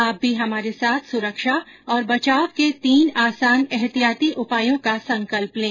आप भी हमारे साथ सुरक्षा और बचाव के तीन आसान एहतियाती उपायों का संकल्प लें